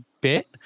bit